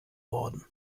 worden